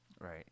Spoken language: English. Right